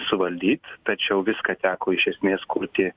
suvaldyt tačiau viską teko iš esmės kurti